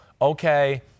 okay